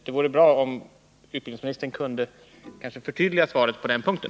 Det vore bra om utbildningsministern kunde förtydliga svaret på den punkten.